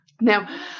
Now